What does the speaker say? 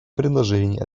предложений